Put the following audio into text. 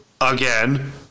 again